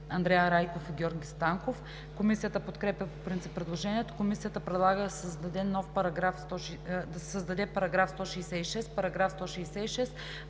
Андриан Райков и Георги Станков. Комисията подкрепя по принцип предложението. Комисията предлага да се създаде § 166: „§ 166.